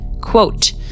quote